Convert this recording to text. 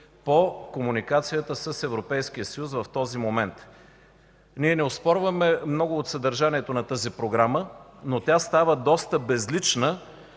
по комуникацията с Европейския съюз в този момент. Ние не оспорваме много от съдържанието на тази Програма, но тя става доста безлична,